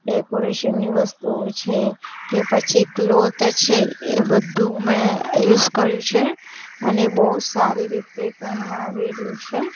ડૅકોરેશનની વસ્તુઓ છે કે પછી ક્લોથ છે એ બધું મેં યુઝ કર્યું છે અને બહુ સારી રીતે કામમાં આવી રહ્યું છે